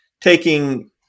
taking